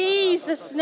Jesus